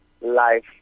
life